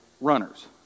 Runners